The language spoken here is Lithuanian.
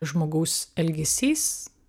žmogaus elgesys